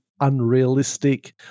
unrealistic